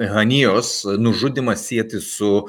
hanijos nužudymą sieti su